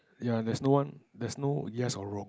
ya that's no one that's no yes or no